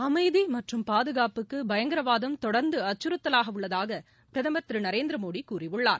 அமைதி மற்றும் பாதுகாப்புக்கு பயங்கரவாதம் தொடர்ந்து அச்சுறுத்தலாக உள்ளதாக பிரதமர் திரு நரேந்திர மோடி கூறியுள்ளார்